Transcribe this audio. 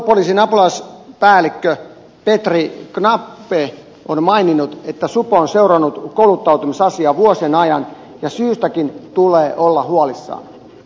suojelupoliisin apulaispäällikkö petri knape on maininnut että supo on seurannut kouluttautumisasiaa vuosien ajan ja syystäkin tulee olla huolissaan